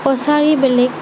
কছাৰী বেলেগ